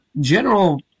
general